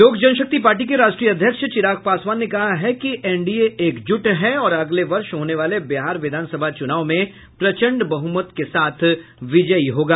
लोक जनशक्ति पार्टी के राष्ट्रीय अध्यक्ष चिराग पासवान ने कहा है कि एनडीए एकजुट है और अगले वर्ष होने वाले बिहार विधानसभा चुनाव में प्रचंड बहुमत के साथ विजयी होगा